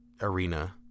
arena